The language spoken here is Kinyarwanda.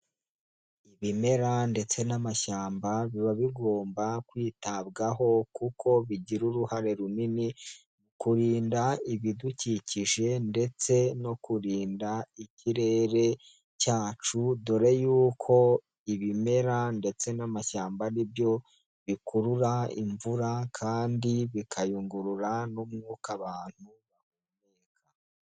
Ibimera ndetse n'amashyamba biba bigomba kwitabwaho kuko bigira uruhare runini mu kurinda ibidukikije ndetse no kurinda ikirere cyacu, dore yuko ibimera ndetse n'amashyamba ari byo bikurura imvura kandi bikayungurura n'umwuka abantu bahumeka.